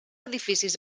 edificis